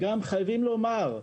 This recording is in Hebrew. חייבים לומר,